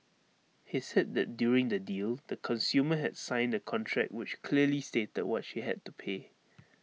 he said that during the deal the consumer had signed A contract which clearly stated what she had to pay